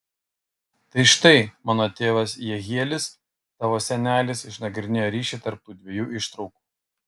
tai štai mano tėvas jehielis tavo senelis išnagrinėjo ryšį tarp tų dviejų ištraukų